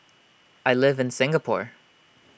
I live in Singapore